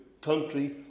country